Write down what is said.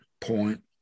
point